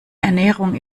ernährung